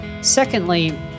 Secondly